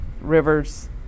rivers